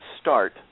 start